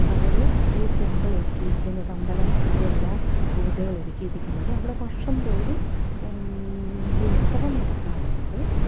അവർ ഈ ടെമ്പിൾ ഒരുക്കിയിരിക്കുന്നത് അമ്പലത്തിന്റെ എല്ലാം പൂജകളൊരുക്കിയിരിക്കുന്നത് അവിടെ വര്ഷംതോറും ഉത്സവം നടക്കാറുണ്ട്